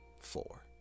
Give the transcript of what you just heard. Four